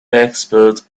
experts